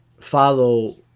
follow